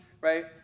right